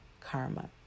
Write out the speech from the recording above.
karma